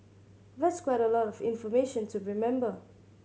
that's quite a lot of information to remember